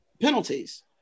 penalties